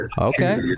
Okay